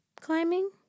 climbing